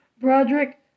Broderick